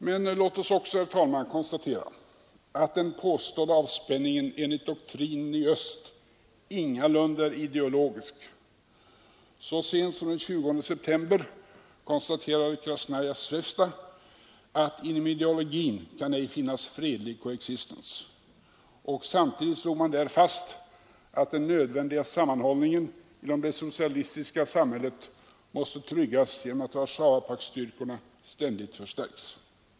Men låt oss också konstatera att den påstådda avspänningen enligt doktrinen i öst ingalunda är ideologisk. Så sent som den 20 september konstaterade Krasnaja Zwezda, att inom ideologin kan ej finnas fredlig koexistens. Samtidigt slog man där fast att den nödvändiga sammanhållningen inom det socialistiska samhället måste tryggas genom att Warszawapaktstyrkorna ständigt förstärks.